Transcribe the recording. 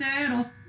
third